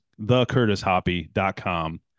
TheCurtisHoppy.com